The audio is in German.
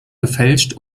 gefälscht